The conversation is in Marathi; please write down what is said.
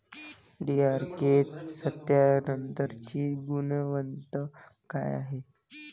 डी.आर.के सत्यात्तरची गुनवत्ता काय हाय?